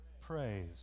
praise